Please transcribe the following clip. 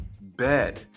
bed